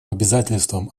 обязательствам